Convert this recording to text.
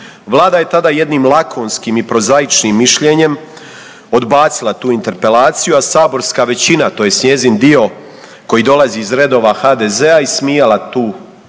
Vlada je tada jednim lakonskim i prozaičnim mišljenjem odbacila tu interpelaciju, a saborska većina tj. njezin dio koji dolazi iz redova HDZ-a ismijala tu interpelaciju.